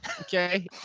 Okay